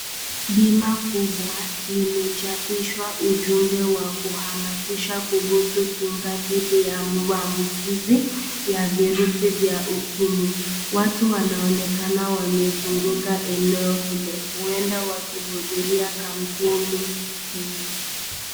Bima kubwa limechapishwa ujumbe wa kuhamisisha kuhusu kinga dhidi ya maambukizi vya virusi vya ukimwi, watu wanaonekana wamezunguka eneo hilo, huenda wakihudhuria kampeni hiyo.